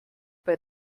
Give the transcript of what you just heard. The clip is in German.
bei